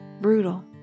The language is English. brutal